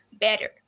better